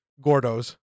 gordo's